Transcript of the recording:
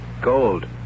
Gold